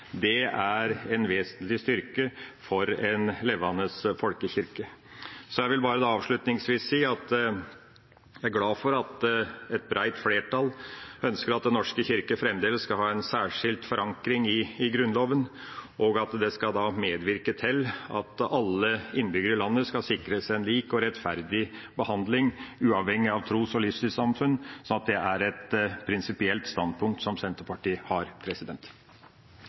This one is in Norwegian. Det er en vesentlig styrke for en levende folkekirke. Så vil jeg avslutningsvis si at jeg er glad for at et bredt flertall ønsker at Den norske kirke fremdeles skal ha en særskilt forankring i Grunnloven, og at det skal medvirke til at alle innbyggere i landet skal sikres en lik og rettferdig behandling uavhengig av tros- og livssyn. Det er et prinsipielt standpunkt som Senterpartiet har.